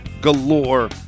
galore